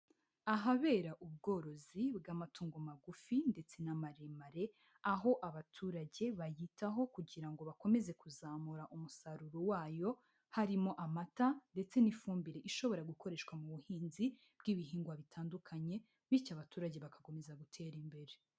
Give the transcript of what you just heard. Ahabera ubworozi bw'amatungo magufi ndetse n'amaremare aho abaturage bayitaho kugira ngo bakomeze kuzamura umusaruro wayo, harimo amata ndetse n'ifumbire ishobora gukoreshwa mu buhinzi bw'ibihingwa bitandukanye, bityo abaturage bagakomeza gutera imbere.